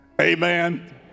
Amen